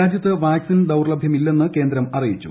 രാജ്യത്ത് വാക്സിൻ ദൌർലഭൃമില്ലെന്ന് കേന്ദ്രം അറിയിച്ചു